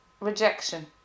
rejection